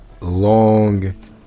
Long